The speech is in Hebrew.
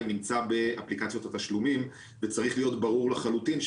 נמצא באפליקציות התשלומים וצריך להיות ברור לחלוטין,